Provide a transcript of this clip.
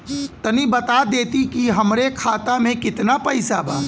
तनि बता देती की हमरे खाता में कितना पैसा बा?